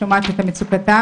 שומעת את מצוקתם,